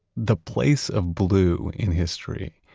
the place of blue in history.